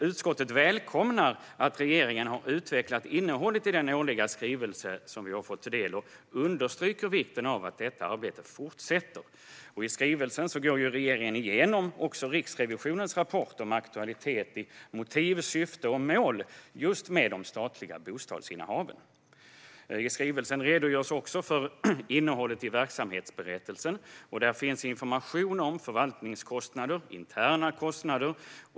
Utskottet välkomnar att regeringen har utvecklat innehållet i den årliga skrivelse som vi har fått oss till del och understryker vikten av att detta arbete fortsätter. I skrivelsen går regeringen igenom Riksrevisionens rapport om aktualitet, motiv, syfte och mål med de statliga bolagsinnehaven. I skrivelsen redogörs också för innehållet i verksamhetsberättelsen. Där finns information om förvaltningskostnader och interna kostnader.